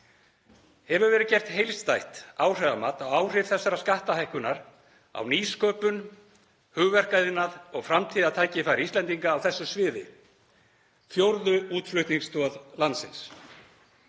Hefur verið gert heildstætt áhrifamat á áhrifum þessarar skattahækkunar á nýsköpun, hugverkaiðnað og framtíðartækifæri Íslendinga á þessu sviði, fjórðu útflutningsstoð landsins?